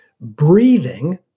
breathing